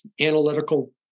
analytical